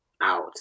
out